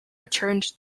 returned